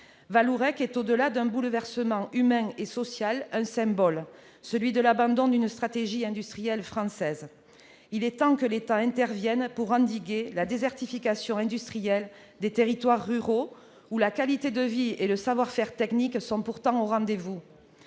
Vallourec est, au-delà d'un bouleversement humain et social, un symbole : celui de l'abandon d'une stratégie industrielle française. Il est temps que l'État intervienne pour endiguer la désertification industrielle des territoires ruraux, où la qualité de vie et le savoir-faire technique sont pourtant au rendez-vous.